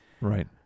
right